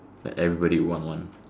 like everybody would want one